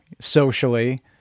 socially